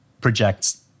projects